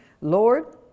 Lord